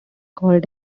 called